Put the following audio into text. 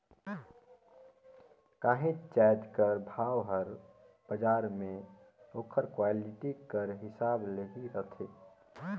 काहींच जाएत कर भाव हर बजार में ओकर क्वालिटी कर हिसाब ले ही रहथे